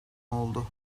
oldu